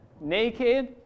naked